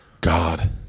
God